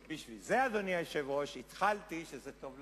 אדוני היושב-ראש, התחלתי שזה טוב לנו.